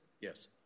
Yes